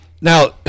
Now